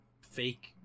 fake